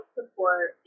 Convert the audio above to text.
Support